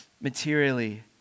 materially